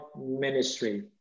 ministry